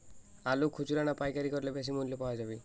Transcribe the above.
আলু খুচরা না পাইকারি করলে বেশি মূল্য পাওয়া যাবে?